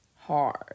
hard